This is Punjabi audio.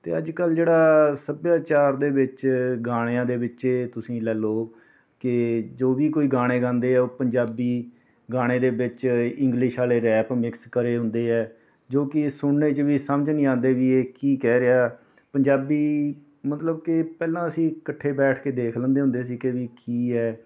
ਅਤੇ ਅੱਜ ਕੱਲ੍ਹ ਜਿਹੜਾ ਸੱਭਿਆਚਾਰ ਦੇ ਵਿੱਚ ਗਾਣਿਆਂ ਦੇ ਵਿੱਚ ਤੁਸੀਂ ਲੈ ਲਓ ਕਿ ਜੋ ਵੀ ਕੋਈ ਗਾਣੇ ਗਾਉਂਦੇ ਆ ਉਹ ਪੰਜਾਬੀ ਗਾਣੇ ਦੇ ਵਿੱਚ ਇੰਗਲਿਸ਼ ਵਾਲੇ ਰੈਪ ਮਿਕਸ ਕਰੇ ਹੁੰਦੇ ਹੈ ਜੋ ਕਿ ਸੁਣਨ 'ਚ ਵੀ ਸਮਝ ਨਹੀਂ ਆਉਂਦੇ ਕਿ ਇਹ ਕੀ ਕਹਿ ਰਿਹਾ ਪੰਜਾਬੀ ਮਤਲਬ ਕਿ ਪਹਿਲਾਂ ਅਸੀਂ ਇਕੱਠੇ ਬੈਠ ਕੇ ਦੇਖ ਲੈਂਦੇ ਹੁੰਦੇ ਸੀ ਕਿ ਵੀ ਕੀ ਹੈ